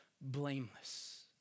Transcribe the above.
blameless